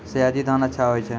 सयाजी धान अच्छा होय छै?